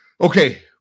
Okay